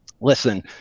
listen